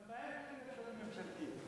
גם בהם אין, ממשלתי.